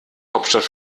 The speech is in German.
hauptstadt